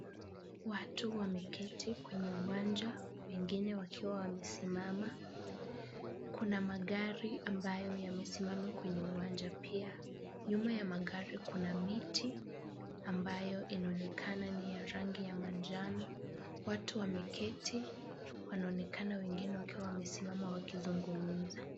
Watu wameketi kwenye uwanja wengine wakiwa wamesimama. Kuna magari ambayo yamesimama kwenye uwanja pia. Nyuma ya magari kuna miti ambayo inaonekana ni ya rangi ya manjano. Watu wameketi, wanaonekana wengine wakiwa wamesimama wakizungumza.